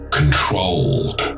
controlled